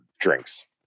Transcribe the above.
drinks